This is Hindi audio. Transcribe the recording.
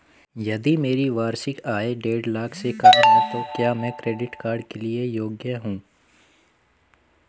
यदि मेरी वार्षिक आय देढ़ लाख से कम है तो क्या मैं क्रेडिट कार्ड के लिए योग्य हूँ?